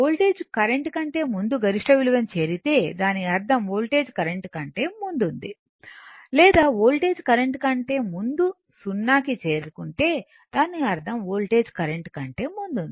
voltage current కంటే ముందు గరిష్ట విలువని చేరితే దాని అర్ధం వోల్టేజ్ కరెంట్ కంటే ముందుంది లేదా వోల్టేజ్ కరెంట్ కంటే ముందు 0 కి చేరుకుంటే దాని అర్థం వోల్టేజ్ కరెంట్ కంటే ముందుంది